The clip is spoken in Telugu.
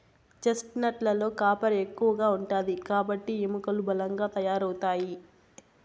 చెస్ట్నట్ లలో కాఫర్ ఎక్కువ ఉంటాది కాబట్టి ఎముకలు బలంగా తయారవుతాయి